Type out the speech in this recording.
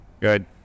good